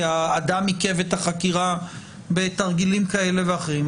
כי האדם עיכב את החקירה בתרגילים כאלה ואחרים,